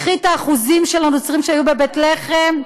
קחי את האחוזים של נוצרים שהיו בבית לחם,